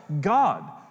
God